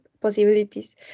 possibilities